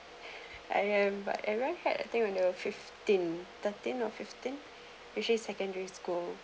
I am but everyone had I think when you're fifteen thirteen or fifteen usually secondary school